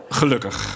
gelukkig